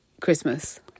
Christmas